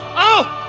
oh,